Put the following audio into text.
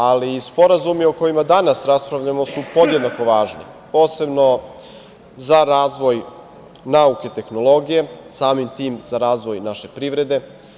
Ali, sporazumi o kojima danas raspravljamo su podjednako važni, posebno sa razvoj nauke i tehnologije, samim tim za razvoj naše privrede.